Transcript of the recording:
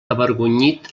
avergonyit